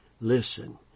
listen